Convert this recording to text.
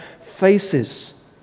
faces